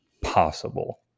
possible